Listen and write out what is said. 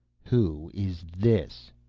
who is this?